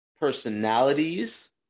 personalities